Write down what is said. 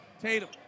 Tatum